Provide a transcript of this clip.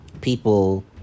people